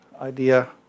idea